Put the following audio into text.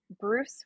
Bruce